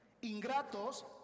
ingratos